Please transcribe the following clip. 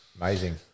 amazing